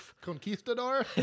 Conquistador